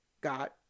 got